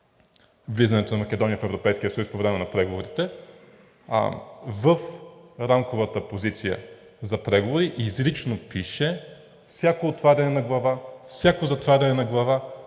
влизането на Македония в Европейския съюз по време на преговорите. В Рамковата позиция за преговори изрично пише: „Всяко отваряне на глава,